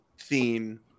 theme